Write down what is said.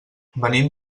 venim